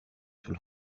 طول